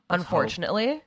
Unfortunately